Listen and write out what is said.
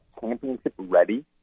championship-ready